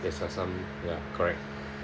there are some ya correct